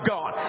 God